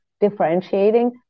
differentiating